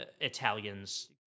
Italians—